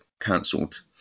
cancelled